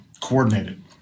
coordinated